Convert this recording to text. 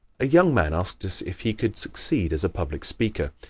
a young man asked us if he could succeed as a public speaker.